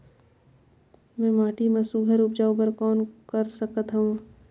मैं माटी मा सुघ्घर उपजाऊ बर कौन कर सकत हवो?